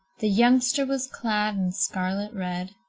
the youngster was clad in scarlet red,